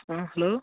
ஆ hello